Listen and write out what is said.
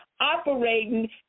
operating